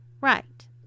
Right